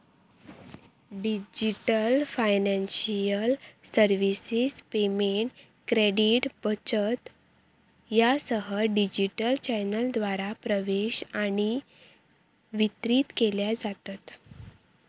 digital financial services payment, credit, बचत यासह digital चॅनेलद्वारा प्रवेश आणि वितरित केल्या जातत